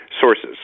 sources